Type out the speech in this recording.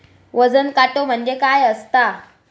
वजन काटो म्हणजे काय असता?